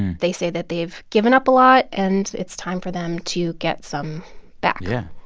they say that they've given up a lot, and it's time for them to get some back yeah.